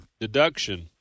deduction